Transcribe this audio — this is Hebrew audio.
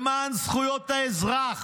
למען זכויות האזרח,